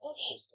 Okay